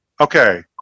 Okay